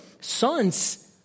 sons